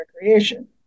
recreation